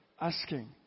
asking